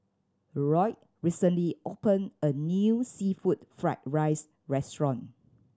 Loyd recently opened a new seafood fried rice restaurant